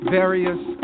various